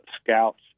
scouts